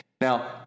Now